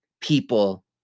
people